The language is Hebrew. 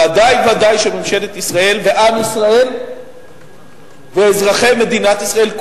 ודאי שממשלת ישראל ועם ישראל ואזרחי מדינת ישראל,